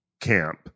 Camp